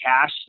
cash